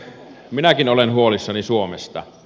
minäkin olen huolissani suomesta